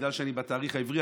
בגלל שאני בתאריך העברי,